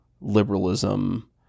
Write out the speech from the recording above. liberalism